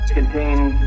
Contains